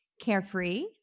carefree